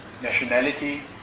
Nationality